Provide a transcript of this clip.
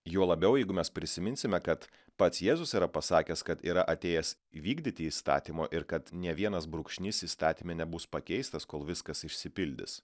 juo labiau jeigu mes prisiminsime kad pats jėzus yra pasakęs kad yra atėjęs įvykdyti įstatymo ir kad nė vienas brūkšnys įstatyme nebus pakeistas kol viskas išsipildys